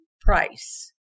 price